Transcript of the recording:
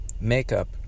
makeup